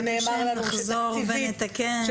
נחזור ונתקן.